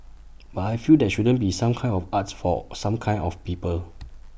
but I feel there shouldn't be some kinds of arts for some kinds of people